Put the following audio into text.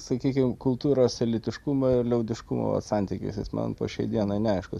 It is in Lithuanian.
sakykim kultūros elitiškumo ir liaudiškumo santykis jis man po šiai dienai neaiškus